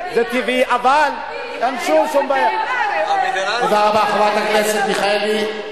זה טבעי, תודה רבה, חברת הכנסת מיכאלי.